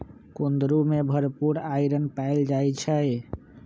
कुंदरू में भरपूर आईरन पाएल जाई छई